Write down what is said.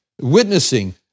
witnessing